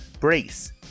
Brace